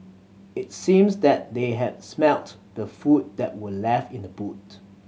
it seemed that they had smelt the food that were left in the boot